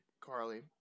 Carly